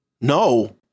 No